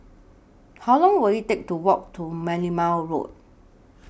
How Long Will IT Take to Walk to Merlimau Road